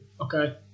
Okay